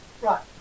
Right